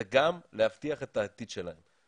זה גם להבטיח את העתיד שלהם.